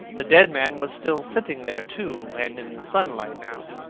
the dead man was still sitting there, too, and in the sunlight now.